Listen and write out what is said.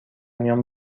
میان